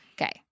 Okay